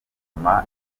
nyuma